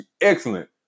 excellent